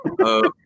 Okay